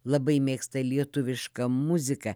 labai mėgsta lietuvišką muziką